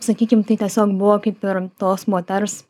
sakykim tai tiesiog buvo kaip ir tos moters